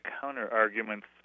counter-arguments